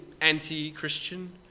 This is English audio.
anti-Christian